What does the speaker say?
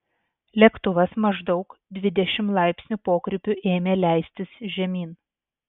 lėktuvas maždaug dvidešimt laipsnių pokrypiu ėmė leistis žemyn